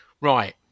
Right